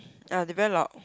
ya they very loud